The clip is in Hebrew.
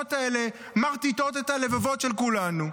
שהתמונות האלה מרטיטות את הלבבות של כולנו,